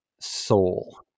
Soul